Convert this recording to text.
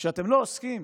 כשאתם לא עוסקים